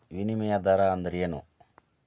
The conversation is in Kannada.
ವಿನಿಮಯ ದರ ಅಂದ್ರೇನು?